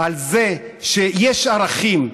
על זה שיש ערכים,